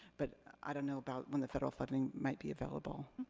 but, i don't know about when the federal funding might be available.